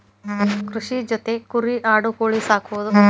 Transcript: ಕೃಷಿ ಜೊತಿ ಕುರಿ ಆಡು ಕೋಳಿ ಸಾಕುದು